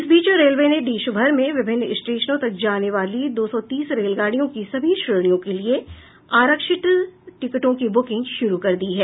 इस बीच रेलवे ने देशभर में विभिन्न स्टेशनों तक जाने वाली दो सौ तीस रेलगाडियों की सभी श्रेणियों के लिए आरक्षित टिकटों की बुकिंग शुरू कर दी है